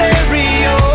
Stereo